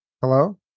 Hello